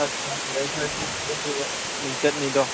ꯃꯤꯡꯆꯠꯅꯤꯗꯣ